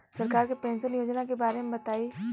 सरकार के पेंशन योजना के बारे में बताईं?